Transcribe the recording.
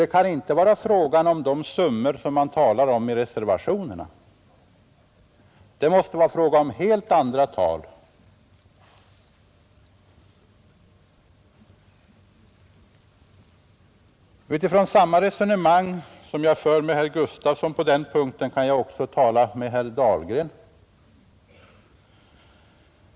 Det kan inte vara fråga om de summor som man talar om i reservationerna. Det måste bli helt andra belopp. Samma resonemang som jag för med herr Gustafson i Göteborg på denna punkt kan jag också föra med herr Dahlgren.